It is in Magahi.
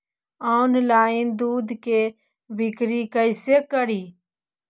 ऑनलाइन दुध के बिक्री कैसे करि?